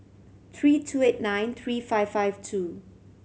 three two eight nine three five five two